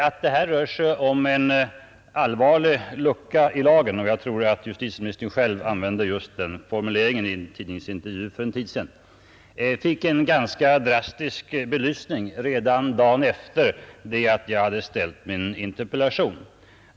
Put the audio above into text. Att det här rör sig om en allvarlig lucka i lagen — jag tror att justitieministern själv använde just den formuleringen i en tidningsintervju för en tid sedan — fick en ganska drastisk belysning redan dagen efter att jag framställt min interpellation.